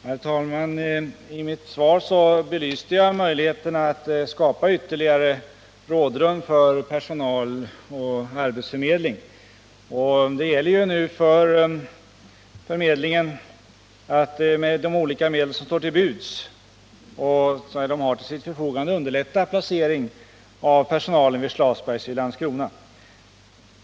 Herr talman! I mitt svar belyste jag möjligheten att skapa ytterligare rådrum för personal och arbetsförmedling. Det gäller ju nu för förmedlingen att med de olika medel som den har till sitt förfogande underlätta placering av personalen vid Schlasbergs i Landskrona.